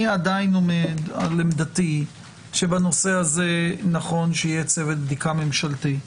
אני עדיין עומד על עמדתי שבנושא הזה נכון שיהיה צוות בדיקה ממשלתי,